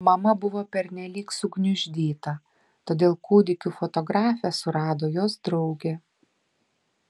mama buvo pernelyg sugniuždyta todėl kūdikių fotografę surado jos draugė